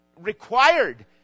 required